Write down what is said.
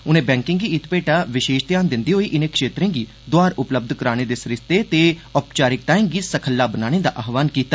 उनें बैंकें गी इत्त भेठा विषेश ध्यान दिन्दे होई इनें क्षेत्रें गी दोआर उपलब्ध कराने दे सरिस्ते ते ओपचारिक्ताएं गी सखल्ला बनाने दा आहवान कीता